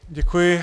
Děkuji.